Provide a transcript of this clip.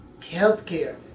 healthcare